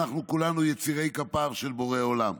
אנחנו כולנו יצירי כפיו של בורא עולם.